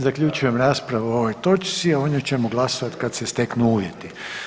Zaključujem raspravu o ovoj točci, a o njoj ćemo glasovati kada se steknu uvjeti.